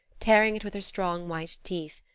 tearing it with her strong, white teeth.